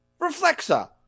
reflexa